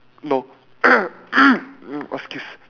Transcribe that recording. no excuse